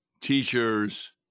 teacher's